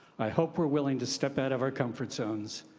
i hope we're willing to step out of our comfort zones.